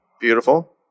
Beautiful